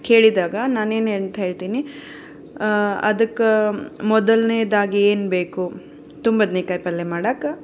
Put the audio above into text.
ಕೇಳಿದಾಗ ನಾನೇನಂತ ಹೇಳ್ತೀನಿ ಅದಕ್ಕೆ ಮೊದಲನೇದಾಗಿ ಏನು ಬೇಕು ತುಂಬದ್ನೇಕಾಯಿ ಪಲ್ಯ ಮಾಡೋಕೆ